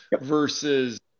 versus